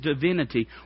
divinity